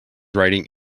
riding